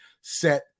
set